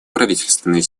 правительственные